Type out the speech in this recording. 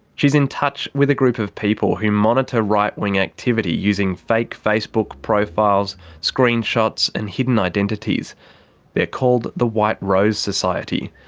she's in touch with a group of people who monitor right wing activity using fake facebook profiles, screenshots, and hidden identities they're called the white rose society.